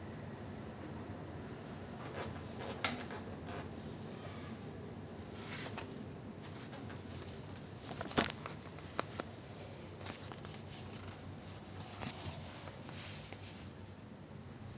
ya so like அந்தமாரி நிலைமையில நாம ஊர வச்சிக்குறதுனாலே நிறைய பேருக்கு வந்து அது ஒரு:antha maari nilamaila naama oora vachikkurathunaala niraiya perukku vanthu athu oru dependent இந்த மாரி ஆயிடுது:intha maari aayiduthu like !wah! I feeling stress today I need to drink !wah! like I had an argument today I need to drink !wah! I feel like my leg is a bit pain today I need to drink like they keep finding excuses to drink